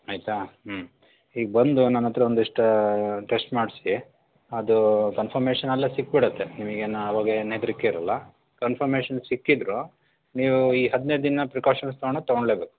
ಆಯ್ತಾ ಹ್ಞೂ ಈಗ ಬಂದು ನನತ್ರ ಒಂದಿಷ್ಟು ಟೆಶ್ಟ್ ಮಾಡಿಸಿ ಅದು ಕನ್ಫಮೇಷನ್ ಅಲ್ಲೆ ಸಿಕ್ಬಿಡುತ್ತೆ ನಿಮಗೇನು ಆವಾಗೇನೂ ಹೆದರಿಕೆ ಇರೊಲ್ಲ ಕನ್ಫಮೇಷನ್ ಸಿಕ್ಕಿದ್ರೂ ನೀವು ಈ ಹದಿನೈದು ದಿನ ಪ್ರಿಕಾಶನ್ಸ್ ತೊಗೊಳೋದು ತೊಗೊಳ್ಲೇಬೇಕು